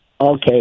Okay